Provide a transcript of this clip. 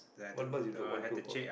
what bus you took one two four